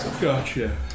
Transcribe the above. Gotcha